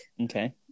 Okay